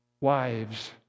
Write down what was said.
wives